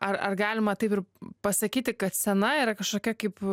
ar ar galima taip ir pasakyti kad scena yra kažkokia kaip